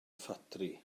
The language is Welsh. ffatri